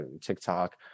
TikTok